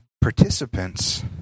participants